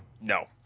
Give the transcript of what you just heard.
No